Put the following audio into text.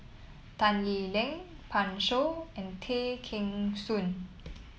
Tan Lee Leng Pan Shou and Tay Kheng Soon